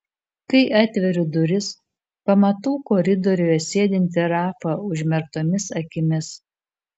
kai atveriu duris pamatau koridoriuje sėdintį rafą užmerktomis akimis